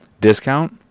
Discount